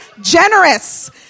generous